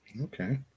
Okay